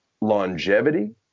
longevity